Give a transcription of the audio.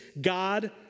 God